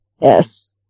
Yes